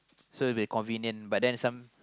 so it'll be convenient but then some